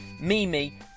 Mimi